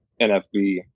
NFB